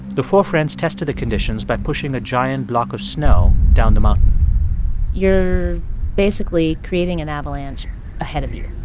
the four friends tested the conditions by pushing a giant block of snow down the mountain you're basically creating an avalanche ahead of you.